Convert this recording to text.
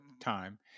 time